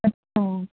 अच्छा